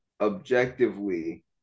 objectively